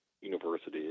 university